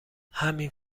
همین